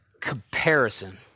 comparison